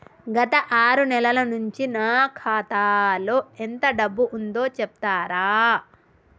గత ఆరు నెలల నుంచి నా ఖాతా లో ఎంత డబ్బు ఉందో చెప్తరా?